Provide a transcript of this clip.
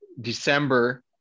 December